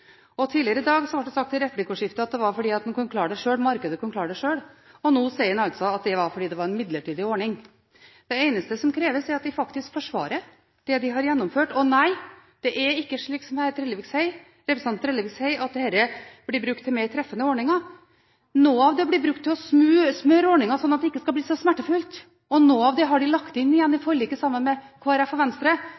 Tidligere i dag ble det sagt i et replikkordskifte at det var fordi markedet kunne klare det sjøl. Og nå sier en altså at det er fordi det er en midlertidig ordning. Det eneste som kreves, er at de faktisk forsvarer det de har gjennomført. Og nei, det er ikke slik som representanten Trellevik sier, at dette blir brukt til mer treffende ordninger. Noe av det blir brukt til å smøre ordninger sånn at det ikke skal bli så smertefullt, og noe av det har de lagt inn igjen i